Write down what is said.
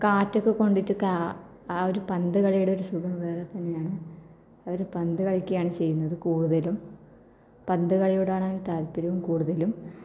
കാറ്റൊക്കെ കൊണ്ടിട്ട് കാ ആവൊരു പന്തുകളിയുടെ ഒരു സുഖം വേറെ തന്നെയാണ് അവർ പന്തുകളിക്കുകയാണ് ചെയ്യുന്നത് കൂടുതലും പന്തുകളിയോടാണവന് താത്പര്യം കൂടുതലും